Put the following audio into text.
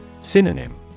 Synonym